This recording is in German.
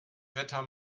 wetter